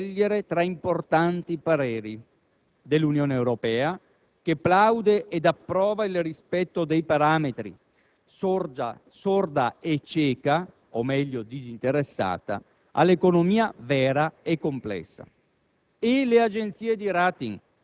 dovremmo saper scegliere tra importanti pareri: dell'Unione Europea, che plaude ed approva il rispetto dei parametri, sorda e cieca, o meglio disinteressata, all'economia vera e complessa,